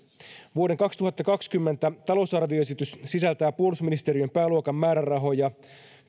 vuoden kaksituhattakaksikymmentä talousarvioesitys sisältää puolustusministeriön pääluokan määrärahoja